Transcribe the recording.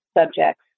subjects